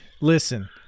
Listen